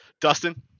dustin